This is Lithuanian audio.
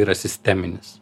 yra sisteminis